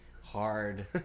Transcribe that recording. hard